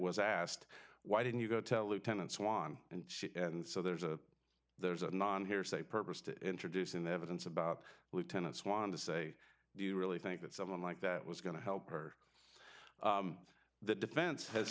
was asked why didn't you go tell lieutenant swan and she and so there's a there's a non hearsay purpose to introduce in the evidence about lieutenants want to say do you really think that someone like that was going to help or the defense has